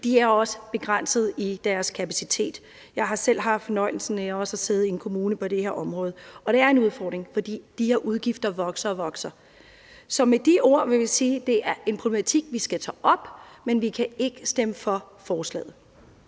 de er også begrænset i deres kapacitet. Jeg har selv haft fornøjelsen af også at sidde i en kommune på det her område, og det er en udfordring, fordi de her udgifter vokser og vokser. Så med de ord vil jeg sige, at det er en problematik, vi skal tage op, men Konservative kan ikke stemme for forslaget.